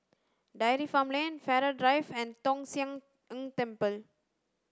Dairy Farm Lane Farrer Drive and Tong Sian Ng Temple